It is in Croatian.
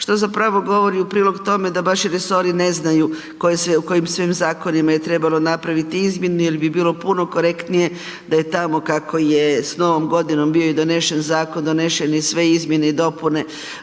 što zapravo govori u prilog tome da vaši resori ne znaju u kojim svim zakonima je trebalo napraviti izmjene jer bi bilo puno korektnije da je tamo kako je s novom godinom bio i donesen zakon, donešene sve izmjene i dopune